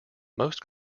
most